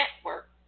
Network